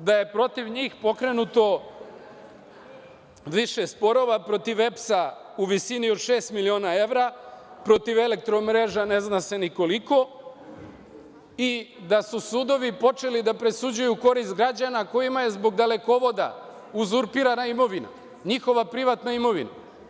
da je protiv njih pokrenuto više sporova, protiv EPS-a u visini od 6 miliona evra, protiv Eelektromreža ne zna se ni koliko, i da su sudovi počeli da presuđuju u korist građana kojima je zbog dalekovoda uzurpirana imovina, njihova privatna imovina.